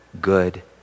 good